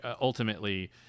ultimately